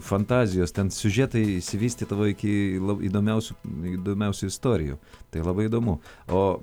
fantazijos ten siužetai išsivystydavo iki įdomiausių įdomiausių istorijų tai labai įdomu o